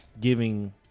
Giving